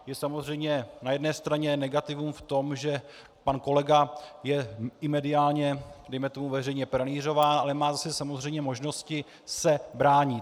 Je samozřejmě na jedné straně negativum v tom, že pan kolega je i mediálně a veřejně pranýřován, ale má zase samozřejmě možnosti se bránit.